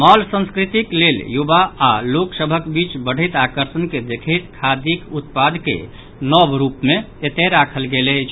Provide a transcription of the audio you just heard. mall संस्कृतिक लेल युवा आओर लोक सभक बीच बढ़ैत आकर्षण के दख़ैत खादीक उत्पाद के नव रुप मे एतय राखल गेल अछि